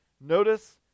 notice